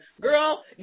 girl